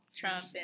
Trump